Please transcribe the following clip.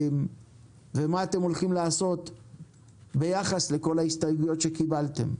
וכן מה אתם הולכים לעשות ביחס לכל ההסתייגויות שקיבלתם.